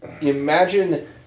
Imagine